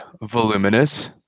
voluminous